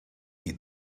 eat